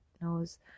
knows